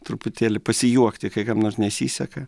truputėlį pasijuokti kai kam nors nesiseka